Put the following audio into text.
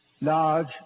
large